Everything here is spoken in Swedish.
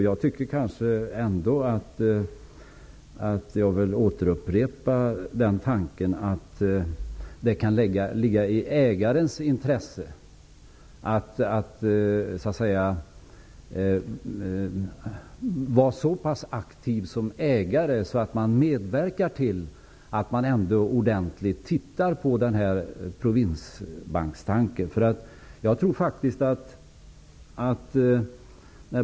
Jag vill ändå upprepa att det kan ligga i ägarens intresse att som ägare vara så pass aktiv att man medverkar till att provinsbankstanken ändå undersöks.